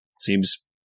Seems